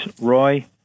Roy